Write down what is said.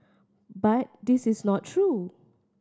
but this is not true